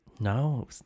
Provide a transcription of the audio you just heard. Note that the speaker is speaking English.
No